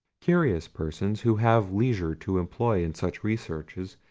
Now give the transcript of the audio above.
curious persons, who have leisure to employ in such researches,